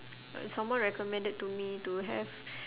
uh someone recommended to me to have